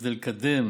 כדי לקדם